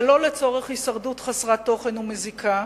שלא לצורך הישרדות חסרת תוכן ומזיקה,